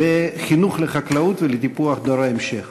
חינוך לחקלאות ולטיפוח דור ההמשך.